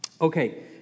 Okay